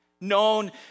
known